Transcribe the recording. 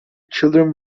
children